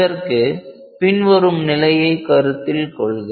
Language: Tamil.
இதற்கு பின்வரும் நிலையை கருத்தில் கொள்க